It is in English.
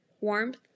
warmth